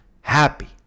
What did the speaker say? happy